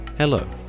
Hello